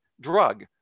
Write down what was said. drug